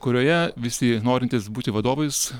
kurioje visi norintys būti vadovais